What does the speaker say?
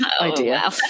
idea